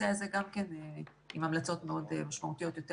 הזה גם כן עם המצלות מאוד משמעותיות על